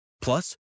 Plus